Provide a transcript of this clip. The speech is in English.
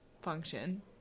function